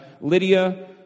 Lydia